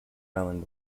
island